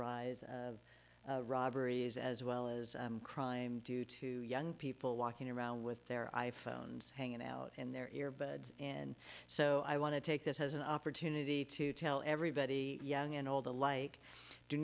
rise of robberies as well as crime due to young people walking around with their i phones hanging out in their ear buds and so i want to take this as an opportunity to tell everybody young and old alike do